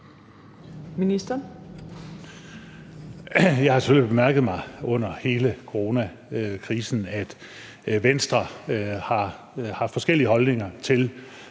Jeg har selvfølgelig bemærket mig under hele coronakrisen, at Venstre har haft forskellige holdninger til